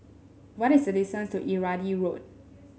what is the distance to Irrawaddy Road